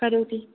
करोति